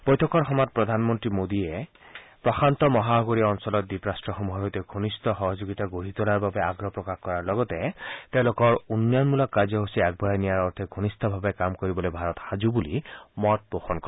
বৈঠকৰ সময়ত প্ৰধান মন্ত্ৰী নৰেন্দ্ৰ মোডীয়ে প্ৰশান্ত মহাসাগৰীয় অঞ্চলৰ দ্বীপৰাট্টসমূহৰ সৈতে ঘনিষ্ঠ সহযোগিতা গঢ়ি তোলাৰ বাবে আগ্ৰহ প্ৰকাশ কৰাৰ লগতে তেওঁলোকৰ উন্নয়নমূলক কাৰ্যসূচী আগবঢ়াই নিয়াৰ অৰ্থে ঘনিষ্ঠভাৱে কাম কৰিবলৈ ভাৰত সাজু বুলি মত পোষণ কৰে